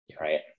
Right